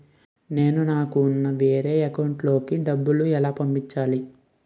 నేను నాకు ఉన్న వేరే అకౌంట్ లో కి డబ్బులు ఎలా పంపించాలి?